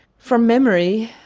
from memory,